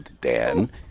Dan